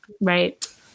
Right